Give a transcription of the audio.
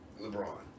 LeBron